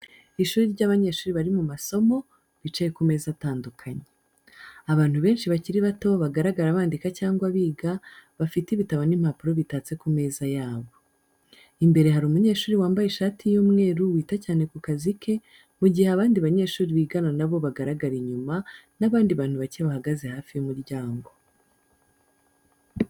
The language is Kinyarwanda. Ishuri ry'abanyeshuri bari mu masomo, bicaye ku meza atandukanye. Abantu benshi bakiri bato bagaragara bandika cyangwa biga, bafite ibitabo n'impapuro bitatse ku meza yabo. Imbere hari umunyeshuri wambaye ishati y'umweru wita cyane ku kazi ke, mu gihe abandi banyeshuri bigana na bo bagaragara inyuma, n'abandi bantu bake bahagaze hafi y'umuryango .